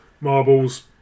marbles